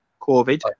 COVID